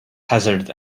hazard